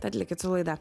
tad likit su laida